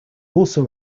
also